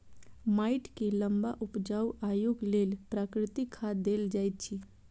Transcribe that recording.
माइट के लम्बा उपजाऊ आयुक लेल प्राकृतिक खाद देल जाइत अछि